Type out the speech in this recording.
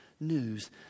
news